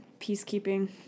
peacekeeping